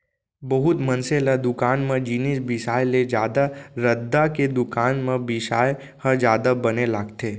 बहुत मनसे ल दुकान म जिनिस बिसाय ले जादा रद्दा के दुकान म बिसाय ह जादा बने लागथे